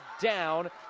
down